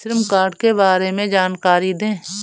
श्रम कार्ड के बारे में जानकारी दें?